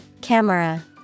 Camera